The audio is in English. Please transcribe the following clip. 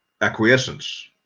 acquiescence